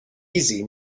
easy